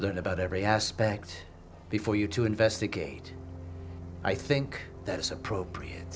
learn about every aspect before you to investigate i think that is appropriate